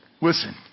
Listen